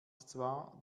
zwar